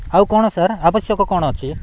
ଆଉ କ'ଣ ସାର୍ ଆବଶ୍ୟକ କ'ଣ ଅଛି